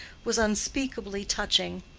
was unspeakably touching.